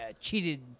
cheated